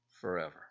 forever